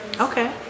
Okay